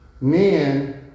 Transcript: Men